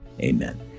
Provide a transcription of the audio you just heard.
amen